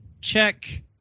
check